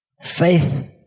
Faith